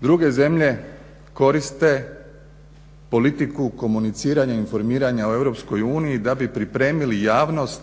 Druge zemlje koriste politiku komuniciranja i informiranja o EU da bi pripremili javnost